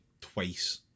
twice